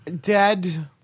Dead